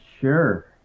Sure